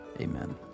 Amen